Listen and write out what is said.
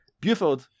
Buford